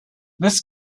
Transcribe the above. this